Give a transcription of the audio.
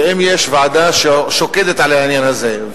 ואם יש ועדה ששוקדת על העניין הזה,